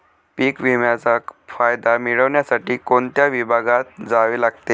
पीक विम्याचा फायदा मिळविण्यासाठी कोणत्या विभागात जावे लागते?